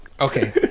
Okay